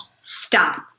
stop